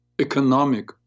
economic